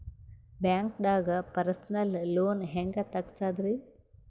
ಬ್ಯಾಂಕ್ದಾಗ personal loan ಹೆಂಗ್ ತಗ್ಸದ್ರಿ?